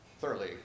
thoroughly